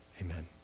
amen